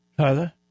Tyler